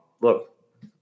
Look